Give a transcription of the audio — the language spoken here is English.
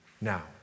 now